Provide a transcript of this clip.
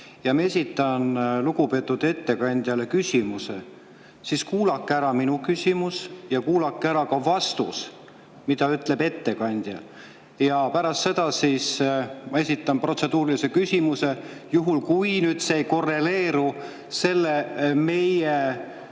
ja ma esitan lugupeetud ettekandjale küsimuse, siis kuulake ära minu küsimus ja kuulake ära ka vastus, mida ettekandja ütleb. Pärast seda ma esitan protseduurilise küsimuse. Juhul, kui see ei korreleeru meie